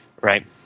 right